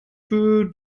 für